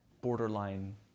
borderline